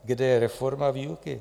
Kde je reforma výuky?